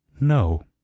No